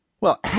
Well